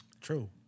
True